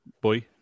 boy